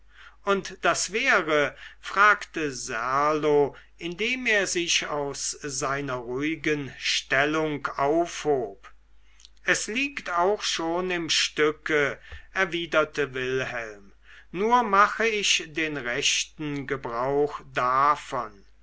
und das wäre fragte serlo indem er sich aus seiner ruhigen stellung aufhob es liegt auch schon im stücke erwiderte wilhelm nur mache ich den rechten gebrauch davon